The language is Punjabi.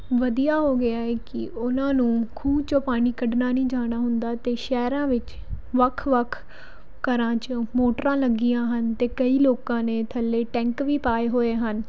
ਵਧੀਆ ਹੋ ਗਿਆ ਏ ਕਿ ਉਹਨਾਂ ਨੂੰ ਖੂਹ 'ਚੋਂ ਪਾਣੀ ਕੱਢਣਾ ਨਹੀਂ ਜਾਣਾ ਹੁੰਦਾ ਅਤੇ ਸ਼ਹਿਰਾਂ ਵਿੱਚ ਵੱਖ ਵੱਖ ਘਰਾਂ 'ਚ ਮੋਟਰਾਂ ਲੱਗੀਆਂ ਹਨ ਅਤੇ ਕਈ ਲੋਕਾਂ ਨੇ ਥੱਲੇ ਟੈਂਕ ਵੀ ਪਾਏ ਹੋਏ ਹਨ